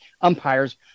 umpires